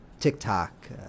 TikTok